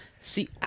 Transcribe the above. see